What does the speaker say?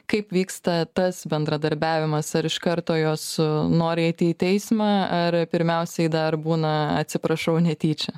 kaip vyksta tas bendradarbiavimas ar iš karto jos nori eiti į teismą ar pirmiausiai dar būna atsiprašau netyčia